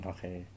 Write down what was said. Okay